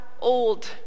Old